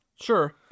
Sure